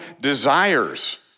desires